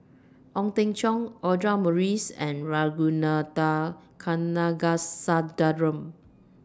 Ong Teng Cheong Audra Morrice and Ragunathar Kanagasuntheram